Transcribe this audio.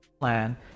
plan